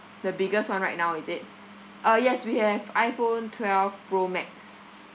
the biggest one right now is it uh yes we have iphone twelve pro max